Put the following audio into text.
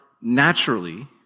naturally